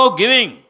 giving